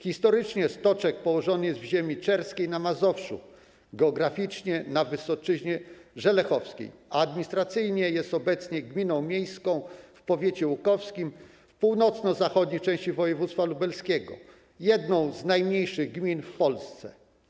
Historycznie Stoczek położony jest w ziemi czerskiej na Mazowszu, geograficznie - na Wysoczyźnie Żelechowskiej, a administracyjnie jest obecnie gminą miejską w powiecie łukowskim w północno-zachodniej części województwa lubelskiego, jedną z najmniejszych gmin w Polsce.